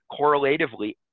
correlatively